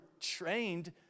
trained